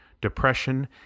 depression